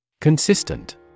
Consistent